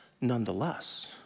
nonetheless